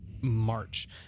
March